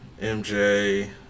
MJ